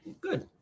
Good